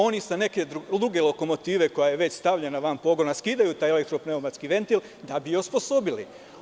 Oni sa neke druge lokomotive koja je već stavljena van pogona, skidaju taj elektro pneumatski ventil da bi osposobili.